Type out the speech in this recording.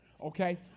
Okay